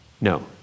No